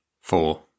four